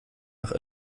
nach